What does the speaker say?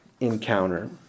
encounter